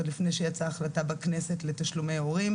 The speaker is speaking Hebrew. עוד לפני שיצאה ההחלטה בכנסת לתשלומי הורים,